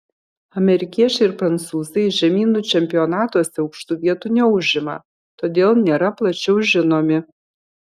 amerikiečiai ir prancūzai žemynų čempionatuose aukštų vietų neužima todėl nėra plačiau žinomi